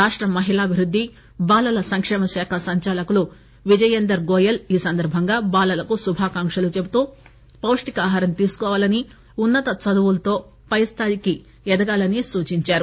రాష్ట మహిళాభివృద్ది బాలల సంకేమ శాఖ సంచాలకులు విజయేందర్ గోయల్ ఈ సందర్బంగా బాలలకు శుభాకాంక్షలు చెబుతూ పొప్టికాహారం తీసుకోవాలని ఉన్న త చదువులతో పైస్టాయికి ఎదగాలని సూచించారు